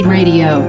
Radio